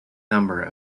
number